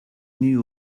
knew